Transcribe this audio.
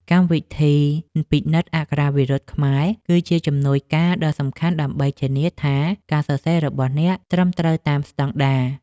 កម្មវិធីពិនិត្យអក្ខរាវិរុទ្ធខ្មែរ គឺជាជំនួយការដ៏សំខាន់ដើម្បីធានាថាការសរសេររបស់អ្នកត្រឹមត្រូវតាមស្ដង់ដារ។